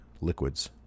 liquids